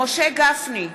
משה גפני,